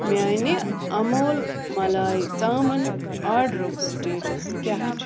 میٛانہِ اموٗل ملایی ژامن آرڈرُک سٹیٹس کیٚاہ چھُ